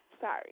sorry